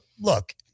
look